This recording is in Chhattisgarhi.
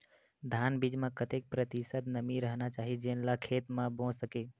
धान बीज म कतेक प्रतिशत नमी रहना चाही जेन ला खेत म बो सके?